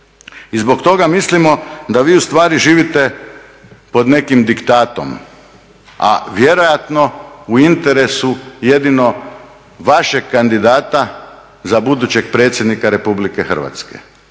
I zbog toga mislimo da vi ustvari živite pod nekim diktatom a vjerojatno u interesu jedino vašeg kandidata za budućeg predsjednika Republike Hrvatske.